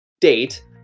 date